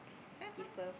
have ah